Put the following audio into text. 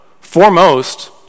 foremost—